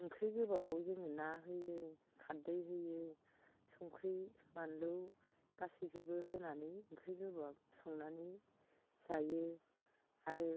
ओंख्रि गोबाबाव जोङो ना होयो खारदै होयो संख्रि बानलु गासैखौबो होनानै ओंख्रि गोबाब संनानै जायो आरो